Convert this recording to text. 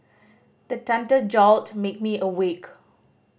the thunder jolt make me awake